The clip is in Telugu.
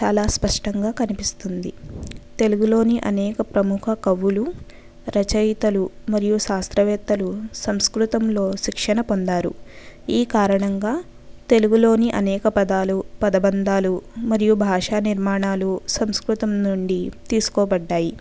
చాలా స్పష్టంగా కనిపిస్తుంది తెలుగులోని అనేక ప్రముఖ కవులు రచయితలు మరియు శాస్త్రవేతలు సంస్కృతంలో శిక్షణ పొందరు ఈ కారణంగా తెలుగులోని అనేక పదాలు పదభందాలు మరియు భాషానిర్మాణలు సంస్కృతం నుండి తీసుకోబడ్డాయి